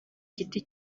giti